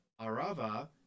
Arava